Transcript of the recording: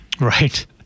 Right